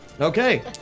Okay